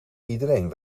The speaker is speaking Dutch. iedereen